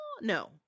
No